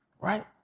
right